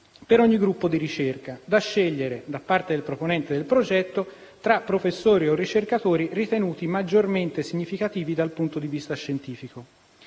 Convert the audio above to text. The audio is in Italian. per ogni gruppo di ricerca, da scegliere, da parte del proponente del progetto, tra professori o ricercatori ritenuti maggiormente significativi dal punto di vista scientifico.